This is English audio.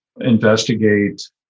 investigate